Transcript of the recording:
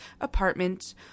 apartment